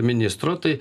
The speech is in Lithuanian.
ministro tai